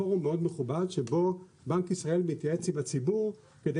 זה פורום מאוד מכובד שבו בנק ישראל מתייעץ עם הציבור כדי